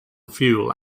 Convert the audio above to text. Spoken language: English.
fuel